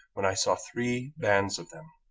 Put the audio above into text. when i saw three bands of them.